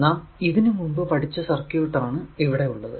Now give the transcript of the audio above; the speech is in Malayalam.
നാം ഇതിനു മുമ്പ് പഠിച്ച സർക്യൂട് ആണ് ഇവിടെ ഉള്ളത്